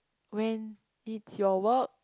when it's your work